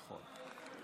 נכון.